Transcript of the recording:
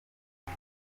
uyu